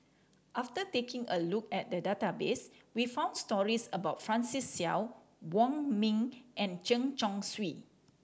after taking a look at database we found stories about Francis Seow Wong Ming and Chen Chong Swee